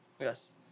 Yes